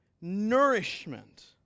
nourishment